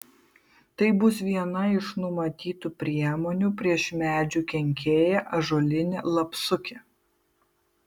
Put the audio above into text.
tai bus viena iš numatytų priemonių prieš medžių kenkėją ąžuolinį lapsukį